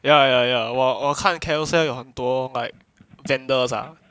ya ya ya 我我看 carousell 有很多 like vendors ah